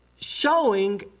showing